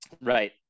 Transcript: Right